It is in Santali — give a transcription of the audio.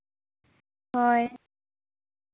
ᱦᱳᱭ